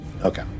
okay